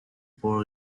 poor